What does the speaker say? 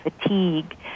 fatigue